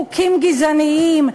חוקים גזעניים,